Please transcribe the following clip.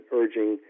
urging